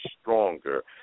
stronger